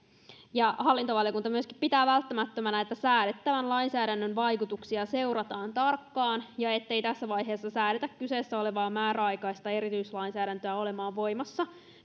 hallintovaliokunta myöskin pitää välttämättömänä että säädettävän lainsäädännön vaikutuksia seurataan tarkkaan ja ettei tässä vaiheessa säädetä kyseessä olevaa määräaikaista erityislainsäädäntöä olemaan voimassa